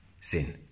sin